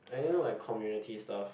I don't know like community stuff